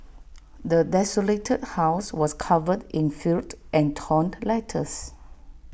the desolated house was covered in filth and torn letters